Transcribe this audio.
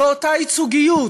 ואותה ייצוגיות,